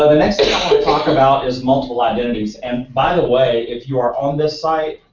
ah next thing i want to talk about is multiple identities. and by the way, if you are on this site,